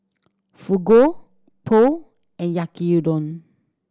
Fugu Pho and Yaki Udon